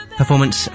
performance